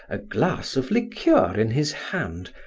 a glass of liqueur in his hand,